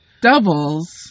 doubles